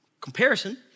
comparison